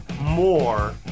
more